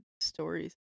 stories